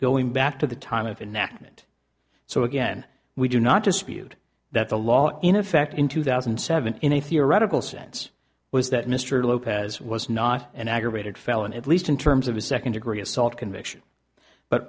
going back to the time of enactment so again we do not dispute that the law in effect in two thousand and seven in a theoretical sense was that mr lopez was not an aggravated felony at least in terms of a second degree assault conviction but